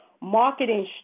marketing